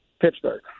Pittsburgh